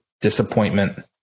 disappointment